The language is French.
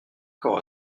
corps